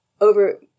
over